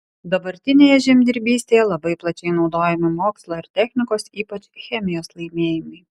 dabartinėje žemdirbystėje labai plačiai naudojami mokslo ir technikos ypač chemijos laimėjimai